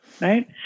right